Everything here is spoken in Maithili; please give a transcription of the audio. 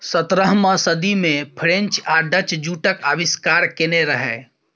सतरहम सदी मे फ्रेंच आ डच जुटक आविष्कार केने रहय